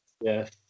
Yes